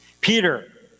Peter